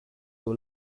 were